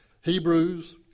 Hebrews